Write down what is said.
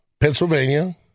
Pennsylvania